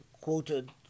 quoted